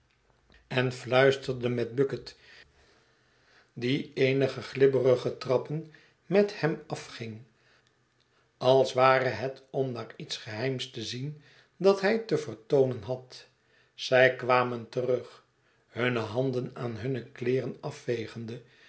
en fluisterde met bucket die eênige glibberige trappen met hem afging als ware het om naar iets geheims te zien dat hij te vertoonen had zij kwamen terug hunne handen aan hunne kleeren afvegende